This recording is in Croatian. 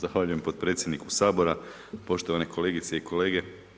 Zahvaljujem potpredsjedniku Sabora, poštovane kolegice i kolege.